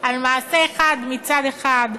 על מעשה אחד, מצד אחד,